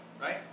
right